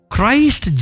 Christ